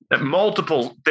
multiple